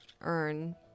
earn